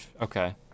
Okay